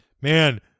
Man